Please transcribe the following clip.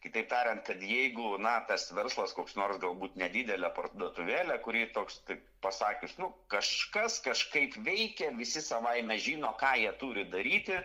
kitaip tariant kad jeigu na tas verslas koks nors galbūt nedidelę parduotuvėlę kuri toks taip pasakius nu kažkas kažkaip veikia visi savaime žino ką jie turi daryti